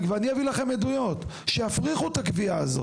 ואביא לכם עדויות שיפריחו את הקביעה הזאת.